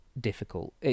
difficult